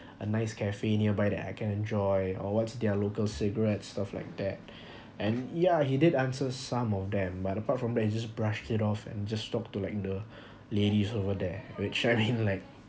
a nice cafe nearby that I can enjoy or what's their local cigarettes stuff like that and yeah he did answer some of them but apart from that he just brushed it off and just stopped to look at the ladies over there which I mean like